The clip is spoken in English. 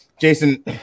Jason